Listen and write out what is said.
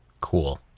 Cool